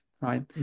right